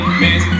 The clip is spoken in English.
miss